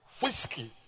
Whiskey